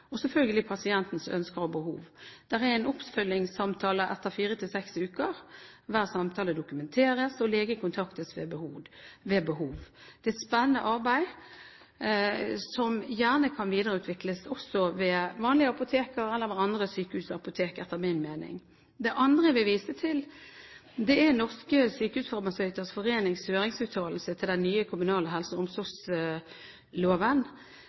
og selvfølgelig pasientens ønsker og behov. Det er en oppfølgingssamtale etter fire til seks uker. Hver samtale dokumenteres, og lege kontaktes ved behov. Det er et spennende arbeid, som gjerne kan videreutvikles også ved vanlige apotek eller andre sykehusapotek, etter min mening. Det andre jeg vil vise til, er Norske Sykehusfarmasøyters Forenings høringsuttalelse til den nye kommunale helse- og